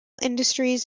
industries